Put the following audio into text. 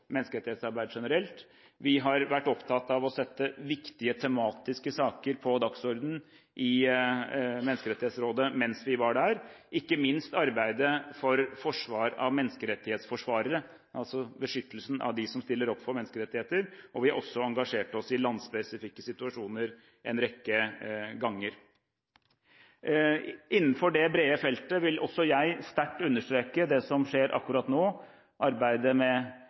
generelt. Vi har vært opptatt av å sette viktig tematiske saker på dagsordenen i Menneskerettighetsrådet mens vi var der, ikke minst arbeidet for forsvar av menneskerettighetsforsvarere, altså beskyttelsen av dem som stiller opp for menneskerettigheter. Vi har også engasjert oss i landspesifikke situasjoner en rekke ganger. Innenfor det brede feltet vil også jeg sterkt understreke det som skjer akkurat nå: arbeidet med